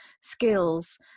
skills